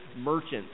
merchants